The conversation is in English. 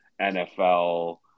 NFL